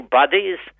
bodies